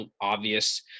obvious